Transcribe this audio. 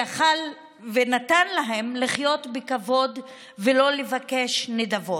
ונתן להם לחיות בכבוד ולא לבקש נדבות.